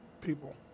people